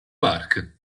park